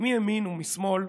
מימין ומשמאל,